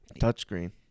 Touchscreen